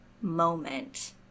moment